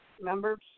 members